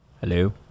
Hello